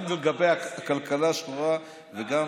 גם לגבי הכלכלה השחורה וגם,